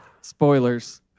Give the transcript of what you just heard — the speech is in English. spoilers